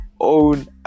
own